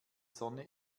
sonne